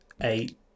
eight